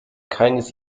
keines